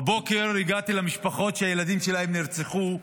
בבוקר הגעתי למשפחות שהילדים שלהם נרצחו בלילה.